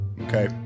okay